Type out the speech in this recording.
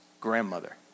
grandmother